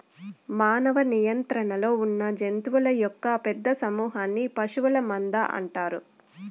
మానవ నియంత్రణలో ఉన్నజంతువుల యొక్క పెద్ద సమూహన్ని పశువుల మంద అంటారు